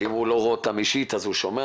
אם הוא לא רואה אותם אישית אז הוא שומע